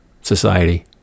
society